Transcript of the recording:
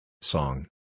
Song